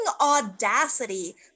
audacity